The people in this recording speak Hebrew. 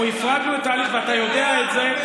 אנחנו הפרדנו את התהליך, ואתה יודע את זה.